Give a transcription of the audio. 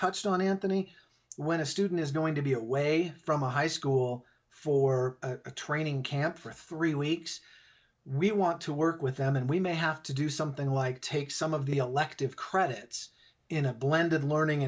touched on anthony when a student is going to be away from high school for a training camp for three weeks we want to work with them and we may have to do something like take some of the elective credits in a blended learning